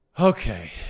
Okay